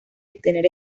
obtener